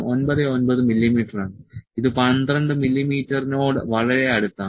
99 മില്ലിമീറ്ററാണ് ഇത് 12 മില്ലീമീറ്ററിനോട് വളരെ അടുത്താണ്